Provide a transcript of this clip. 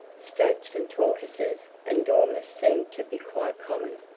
stoats and tortoises and dormice seemed to be quite common,